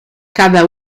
cada